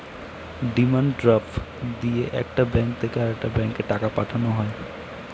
demand draft দিয়ে একটা bank থেকে আরেকটা ব্যাঙ্কে টাকা পাঠানো হয়